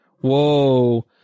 Whoa